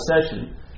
session